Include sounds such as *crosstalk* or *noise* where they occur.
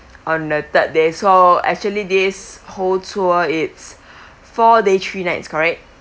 on the third day so actually this whole tour it's *breath* four days three nights correct